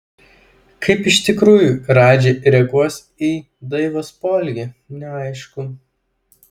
kaip iš tikrųjų radži reaguos į daivos poelgį neaišku